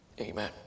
Amen